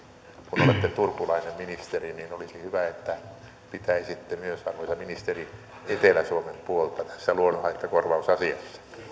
kun olette turkulainen ministeri niin olisi hyvä että pitäisitte myös arvoisa ministeri etelä suomen puolta tässä luonnonhaittakorvausasiassa